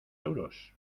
euros